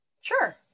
Sure